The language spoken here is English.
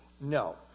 No